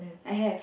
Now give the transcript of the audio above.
I have